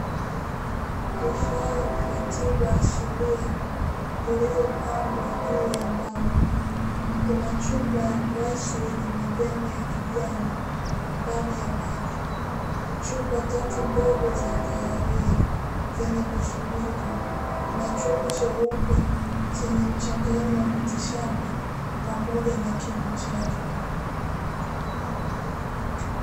Vifaa vya tiba asilia vilivyopangwa juu ya mbao, kuna chupa ya glasi yenye majani ya kijani ndani ya maji, chupa tatu ndogo za kahawia zenye vifuniko na chungu cheupe chenye mchanganyo wa miti shamba pamoja na kinu chake.